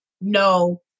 no